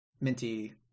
minty